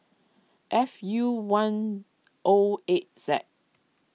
F U one O eight Z